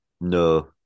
No